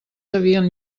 sabien